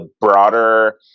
broader